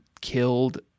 killed